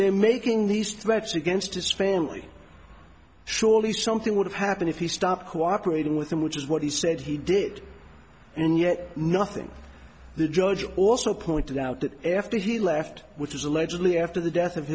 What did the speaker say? they're making these threats against hispanics surely something would happen if he stopped cooperating with them which is what he said he did and yet nothing the judge also pointed out that after he left which is allegedly after the death of